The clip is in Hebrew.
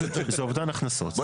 זה אובדן הכנסות.